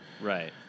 Right